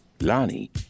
Lonnie